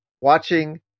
watching